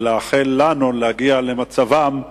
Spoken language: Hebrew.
ולאחל לנו להגיע למצבם,